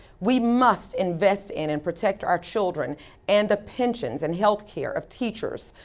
we must invest in and protect our children and the pensions and healthcare of teachers,